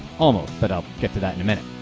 almost. but i'll get to that in a minute.